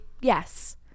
Yes